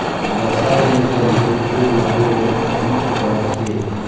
फसल मे जल्दी फूल लगे बर कौन करथे?